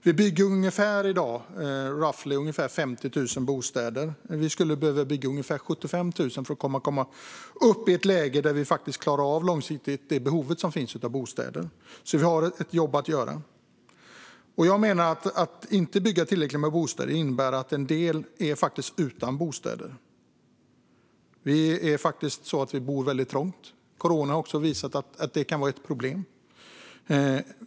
Vi bygger i dag ungefär 50 000 bostäder per år, men vi skulle behöva bygga ungefär 75 000 för att komma upp i ett läge där vi långsiktigt tillgodoser behovet av bostäder. Vi har alltså ett jobb att göra. Att inte bygga tillräckligt med bostäder innebär, menar jag, att en del är utan bostad. Vi bor väldigt trångt; corona har visat att det kan vara ett problem.